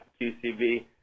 QCB